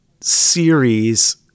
series